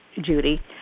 Judy